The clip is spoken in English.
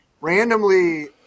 randomly